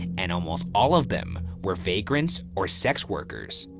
and almost all of them were vagrants or sex workers.